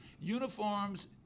uniforms